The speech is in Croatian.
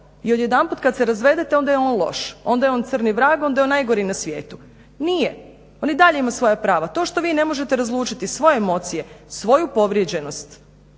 i odjedanput kad se razvedete onda je on loš, onda je on crni vrag, onda je on najgori na svijetu. Nije! On i dalje ima svoja prava. To što vi ne možete razlučiti svoje emocije, svoju povrijeđenost